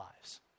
lives